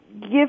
Give